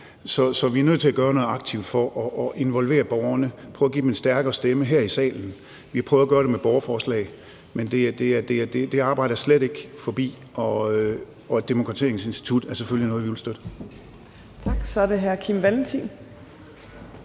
Så vi er nødt til at gøre noget aktivt for at involvere borgerne, prøve at give dem en stærkere stemme her i salen. Vi har prøvet at gøre det med borgerforslag, men det arbejde er slet ikke forbi, og et demokratiseringsinstitut er selvfølgelig noget, vi vil støtte.